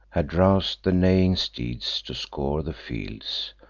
had rous'd the neighing steeds to scour the fields,